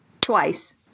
twice